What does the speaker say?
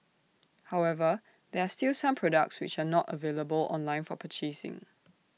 however there are still some products which are not available online for purchasing